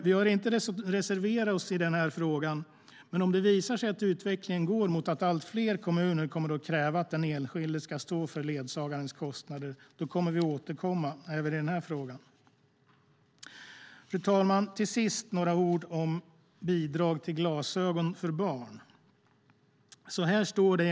Vi har inte reserverat oss i denna fråga, men om det visar sig att utvecklingen går mot att allt fler kommuner kommer att kräva att den enskilde ska stå för ledsagarens kostnader kommer vi att återkomma även om detta. Fru talman! Till sist vill jag säga några ord om bidrag till glasögon för barn.